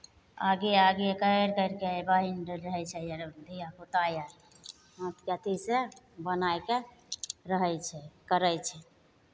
आगे आगे करि करि कऽ बुझै छै आरो धियापुता आर हाथके अथिसँ बनाए कऽ रहै छै करै छै